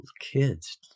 kids